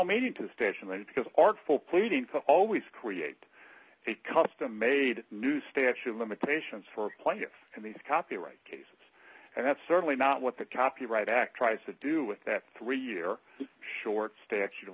donating to the station because artful pleading to always create a custom made new statue of limitations for players and the copyright case and that's certainly not what the copyright act tries to do with that three year short statute of